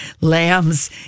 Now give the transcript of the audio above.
lambs